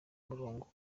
murongo